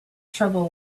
trouble